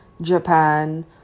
japan